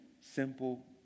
simple